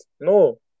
No